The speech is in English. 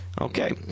okay